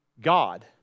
God